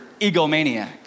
egomaniac